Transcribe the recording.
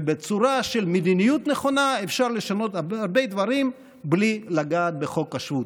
בצורה של מדיניות נכונה אפשר לשנות הרבה דברים בלי לגעת בחוק השבות.